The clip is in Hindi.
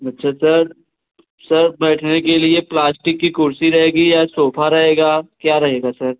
अच्छा सर सर बैठने के लिए प्लास्टिक की कुर्सी रहेगी या सोफ़ा रहेगा क्या रहेगा सर